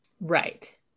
Right